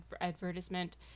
advertisement